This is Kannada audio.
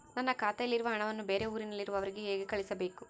ನನ್ನ ಖಾತೆಯಲ್ಲಿರುವ ಹಣವನ್ನು ಬೇರೆ ಊರಿನಲ್ಲಿರುವ ಅವರಿಗೆ ಹೇಗೆ ಕಳಿಸಬೇಕು?